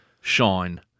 shine